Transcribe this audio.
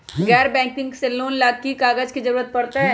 गैर बैंकिंग से लोन ला की की कागज के जरूरत पड़तै?